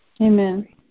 Amen